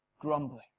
grumbling